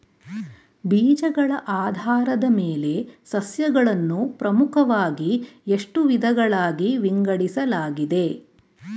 ಬೀಜಗಳ ಆಧಾರದ ಮೇಲೆ ಸಸ್ಯಗಳನ್ನು ಪ್ರಮುಖವಾಗಿ ಎಷ್ಟು ವಿಧಗಳಾಗಿ ವಿಂಗಡಿಸಲಾಗಿದೆ?